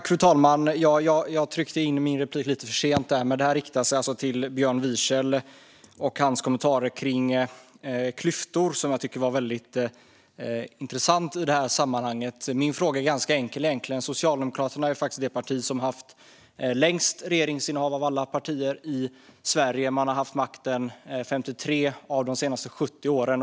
Fru talman! Jag begärde replik lite för sent, men detta riktar sig till Björn Wiechel och gäller hans kommentarer kring klyftor, som jag tycker var väldigt intressanta i detta sammanhang. Min fråga är egentligen ganska enkel. Socialdemokraterna är det parti som har innehaft regeringsmakten längst av alla partier i Sverige; man har haft makten under 53 av de senaste 70 åren.